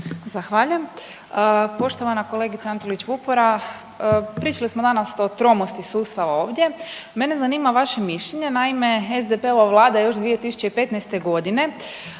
Zahvaljujem. Poštovana kolegice Antolić Vupora, pričali smo danas o tromosti sustava ovdje. Mene zanima vaše mišljenje, naime SDP-ova vlada je još 2015.g.